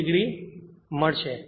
2 degree મળશે